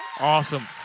Awesome